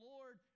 Lord